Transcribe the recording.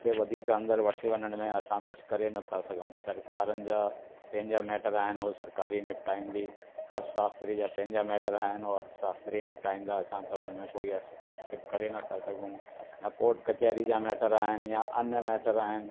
खे वधीक अंदरि वठी वञण में असां कुझु करे नथा सघूं सरकारुनि जा पहिंजा मैटर आहिनि हो सरकार ई निपटाईंदी अर्थशास्त्री जा पंहिंजा मैटर आहिनि हो अर्थशास्त्री निपटाईंदा असां त हुनमें कोई हस्तक्षेप करे नथा सघूं कोर्ट कचहिरी जा मैटर आहिनि यां अन्य मैटर आहिनि